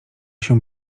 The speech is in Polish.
się